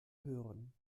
hören